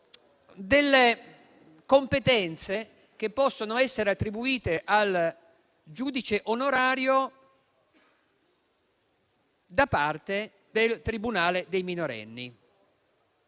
delle competenze che possono essere attribuite al giudice onorario da parte del tribunale dei minorenni.